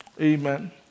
Amen